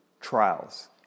trials